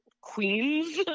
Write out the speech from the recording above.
queens